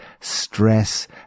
stress